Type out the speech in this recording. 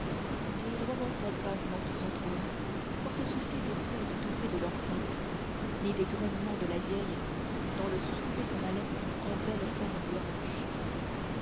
et il remonta gravement sur son trône sans se soucier des pleurs étouffés de l'enfant ni des grognements de la vieille dont le souper s'en allait en belle flamme blanche